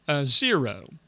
Zero